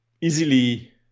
easily